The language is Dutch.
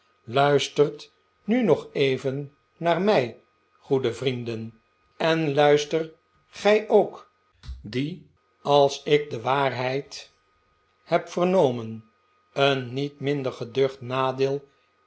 vandaag luistertnu nog even naar mij goede vrienden en'luister gij ook die als ik de waarde oude maarten trekt van leer held heb vernomen een niet minder geducht nadeel